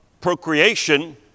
procreation